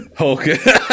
Okay